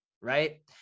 right